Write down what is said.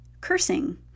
cursing